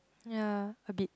ya a bit